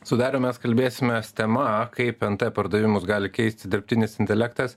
su darium mes kalbėsimės tema kaip nt pardavimus gali keisti dirbtinis intelektas